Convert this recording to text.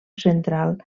central